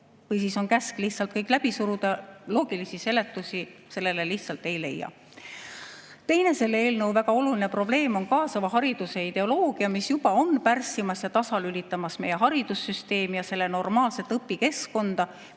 Või siis on käsk lihtsalt kõik läbi suruda. Loogilisi seletusi sellele lihtsalt ei leia. Teine selle eelnõu väga oluline probleem on kaasava hariduse ideoloogia, mis juba on hakanud pärssima ja tasalülitama meie haridussüsteemi ja normaalset õpikeskkonda.